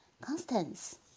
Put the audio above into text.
Constance